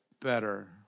better